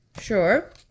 Sure